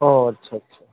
ও আচ্ছা আচ্ছা